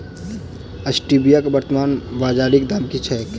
Stevia केँ वर्तमान बाजारीक दाम की छैक?